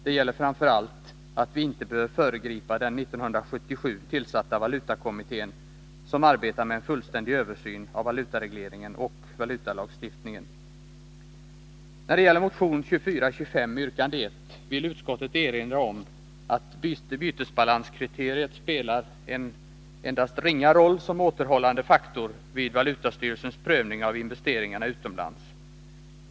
Det gäller framför allt att vi inte bör föregripa den 1977 tillsatta valutakommittén som arbetar med en fullständig översyn av valutaregleringen och valutalagstiftningen. När det gäller motion 2425, yrkande 1, vill utskottet erinra om att bytesbalanskriteriet spelar endast en ringa roll som återhållande faktor vid valutastyrelsens prövning av investeringarna utomlands.